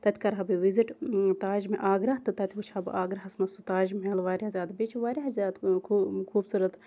تَتہِ کَرہا بہٕ وِزِٹ تاج آگرا تہٕ تَتہِ وٕچھ ہا بہٕ آگراہَس مَنٛز سُہ تاج محل واریاہ زیادٕ بیٚیہِ چھِ واریاہ زیادٕ خوٗبصورت